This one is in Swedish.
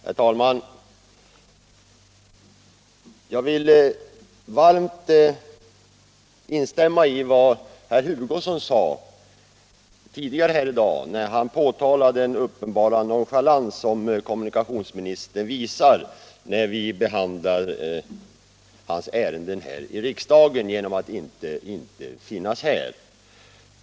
Herr talman! Jag vill varmt instämma i vad herr Hugosson sade tidigare här i dag, då han pekar på den uppenbara nonchalans som kommunikationsministern visar genom att inte finnas här när vi behandlar hans ärenden i riksdagen.